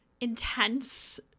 intense